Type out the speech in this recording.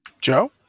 Joe